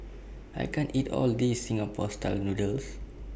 I can't eat All of This Singapore Style Noodles